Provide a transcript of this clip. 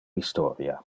historia